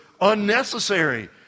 unnecessary